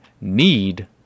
need